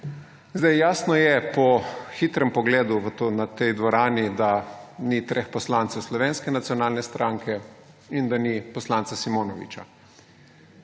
Jasno je, po hitrem pogledu v tej dvorani, da ni treh poslancev Slovenske nacionalne stranke in da ni poslanca Simonoviča.